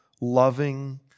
loving